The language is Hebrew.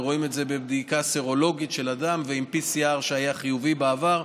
ורואים את זה בבדיקה סרולוגית של אדם ועם PCR שהיה חיובי בעבר,